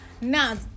now